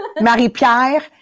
Marie-Pierre